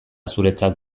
zuretzat